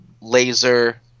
Laser